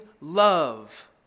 love